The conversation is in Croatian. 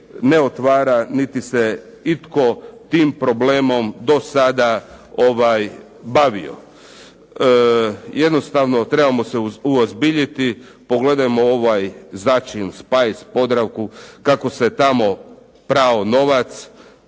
ne otvara niti se itko tim problemom do sada bavio. Jednostavno trebamo se uozbiljiti. Pogledajmo ovaj začin "spice Podravku" kako se tamo prao novac